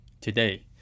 today